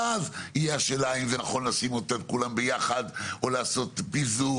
ואז תהיה השאלה האם זה נכון לשים את כולם ביחד או לעשות ביזור